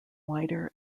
wider